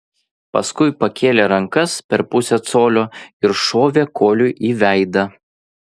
paskui pakėlė rankas per pusę colio ir šovė koliui į veidą